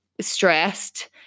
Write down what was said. stressed